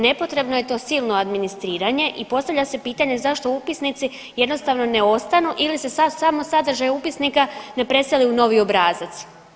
Nepotrebno je to silno administriranje i postavlja se pitanje zašto upisnici jednostavno ne ostanu ili se sad samo sadržaj upisnika ne preseli u novi obrazac.